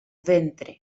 ventre